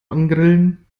angrillen